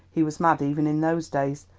he was mad even in those days,